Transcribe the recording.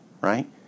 Right